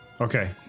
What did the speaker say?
Okay